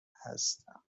هستم